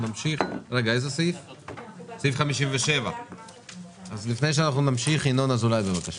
בסעיף 57. לפני שנמשיך, ינון אזולאי, בבקשה.